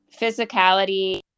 physicality